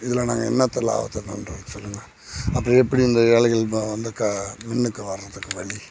இதில் நாங்கள் என்னாத்த லாபத்தை கண்டோம் சொல்லுங்க அப்புறம் எப்படி இந்த ஏழைகள் பா வந்து கா முன்னுக்கு வர்கிறதுக்கு வழி